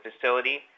facility